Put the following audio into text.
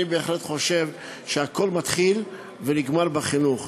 אני בהחלט חושב שהכול מתחיל ונגמר בחינוך,